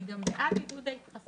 אני גם בעד עידוד ההתחסנות.